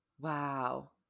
Wow